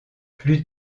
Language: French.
plus